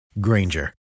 Granger